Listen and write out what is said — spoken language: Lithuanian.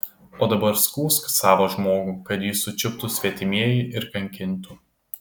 o dabar skųsk savą žmogų kad jį sučiuptų svetimieji ir kankintų